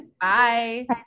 Bye